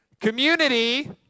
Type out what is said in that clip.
Community